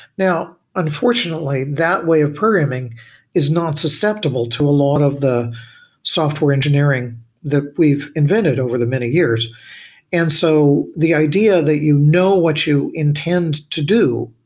now unfortunately, that way of programming is not susceptible to a lot of the software engineering that we've invented over the many years and so the idea that you know what you intend to do,